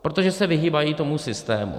Protože se vyhýbají tomu systému.